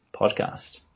podcast